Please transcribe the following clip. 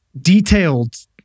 detailed